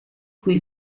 cui